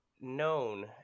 known